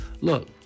look